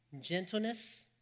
Gentleness